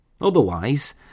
Otherwise